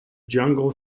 jungle